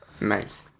Nice